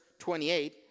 28